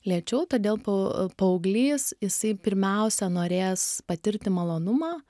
lėčiau todėl paauglys jisai pirmiausia norės patirti malonumą